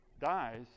dies